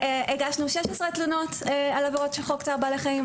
הגשנו 16 תלונות על עבירות של חוק צער בעלי חיים,